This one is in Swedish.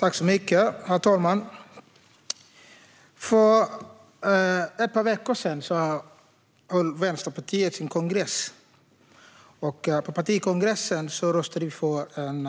Herr talman! För ett par veckor sedan höll Vänsterpartiet sin partikongress. Då röstade vi för en